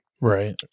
Right